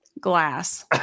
glass